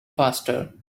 faster